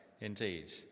indeed